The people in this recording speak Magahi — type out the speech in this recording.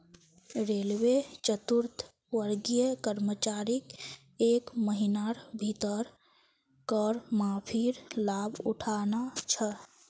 रेलवे चतुर्थवर्गीय कर्मचारीक एक महिनार भीतर कर माफीर लाभ उठाना छ